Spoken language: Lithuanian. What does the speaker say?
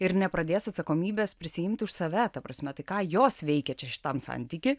ir nepradės atsakomybės prisiimti už save ta prasme tai ką jos veikia čia šitam santyky